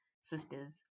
sisters